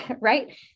right